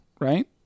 right